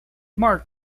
marc